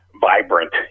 vibrant